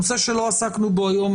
נושא שלא עסקנו בו היום,